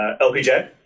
LPJ